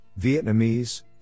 Vietnamese